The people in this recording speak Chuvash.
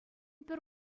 пӗр